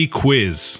quiz